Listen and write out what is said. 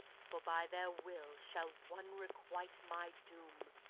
for by their will shall one requite my doom.